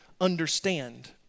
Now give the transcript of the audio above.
understand